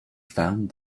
found